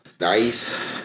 Nice